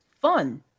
fun